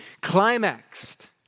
climaxed